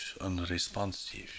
unresponsive